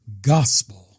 gospel